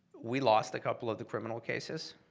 we lost a couple of the criminal cases,